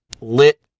lit